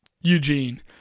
Eugene